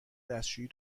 دستشویی